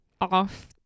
off